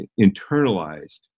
internalized